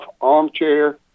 armchair